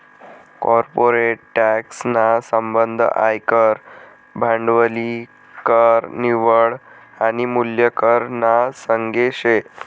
corporate tax ना संबंध आयकर, भांडवली कर, निव्वळ आनी मूल्य कर ना संगे शे